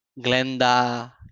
Glenda